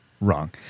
wrong